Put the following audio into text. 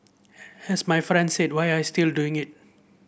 has my friend said why are still doing it